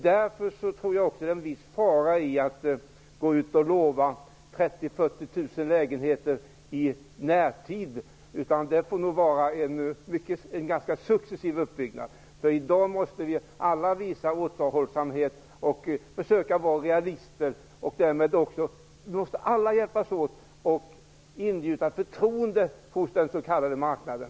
Därför ligger det en viss fara i att lova 30 000--40 000 lägenheter i en nära framtid. Det får nog vara en successiv uppbyggnad. I dag måste vi alla visa återhållsamhet och försöka vara realister. Vi måste alla hjälpas åt med att ingjuta förtroende hos den s.k. marknaden.